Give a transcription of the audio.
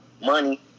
money